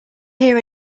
here